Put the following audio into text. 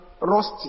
rusty